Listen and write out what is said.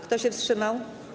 Kto się wstrzymał?